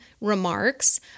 remarks